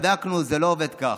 בדקנו, זה לא עובד כך.